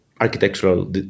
architectural